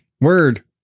word